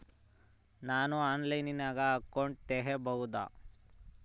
ನಾನು ಆನ್ಲೈನಲ್ಲಿ ಅಕೌಂಟ್ ತೆಗಿಬಹುದಾ?